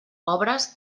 obres